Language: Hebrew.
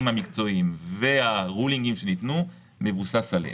המקצועיים והרולינגים שניתנו מבוסס עליהם.